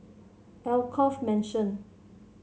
Alkaff Mansion